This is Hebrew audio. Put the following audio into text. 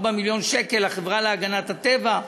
4 מיליון שקל לחברה להגנת הטבע,